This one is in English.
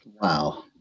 Wow